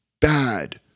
Bad